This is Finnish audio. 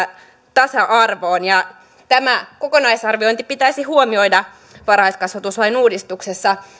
tasa arvoon ja sitä että tämä kokonaisarviointi pitäisi huomioida varhaiskasvatuslain uudistuksessa